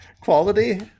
quality